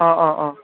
অঁ অঁ অঁ